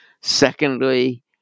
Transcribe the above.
Secondly